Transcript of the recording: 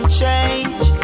change